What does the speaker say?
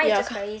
ya